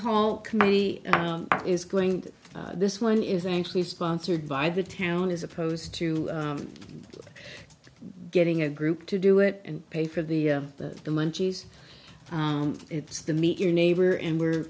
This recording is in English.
hall community is going to this one is actually sponsored by the town as opposed to getting a group to do it and pay for the the munchies it's the meet your neighbor and we're